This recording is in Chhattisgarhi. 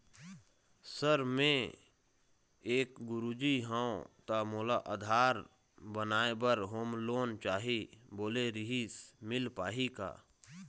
सर मे एक गुरुजी हंव ता मोला आधार बनाए बर होम लोन चाही बोले रीहिस मील पाही का?